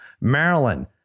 Maryland